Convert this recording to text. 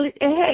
hey